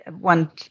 one